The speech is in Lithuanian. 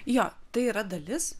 jo tai yra dalis